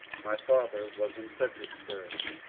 my father was in fredericksburg,